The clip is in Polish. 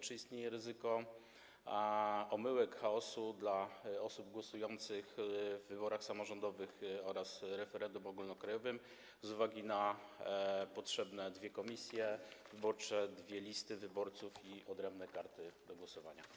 Czy istnieje ryzyko pomyłek, chaosu w przypadku osób głosujących w wyborach samorządowych oraz referendum ogólnokrajowym z uwagi na to, że potrzebne są dwie komisje wyborcze, dwie listy wyborców i odrębne karty do głosowania?